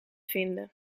vinden